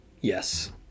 Yes